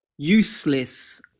useless